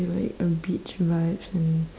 like a beach vibes and